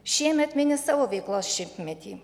šiemet mini savo veiklos šimtmetį